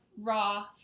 raw